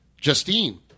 Justine